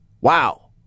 wow